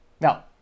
now